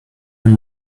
and